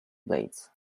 blades